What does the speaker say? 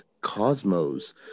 Cosmos